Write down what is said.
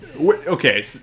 Okay